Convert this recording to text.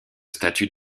statut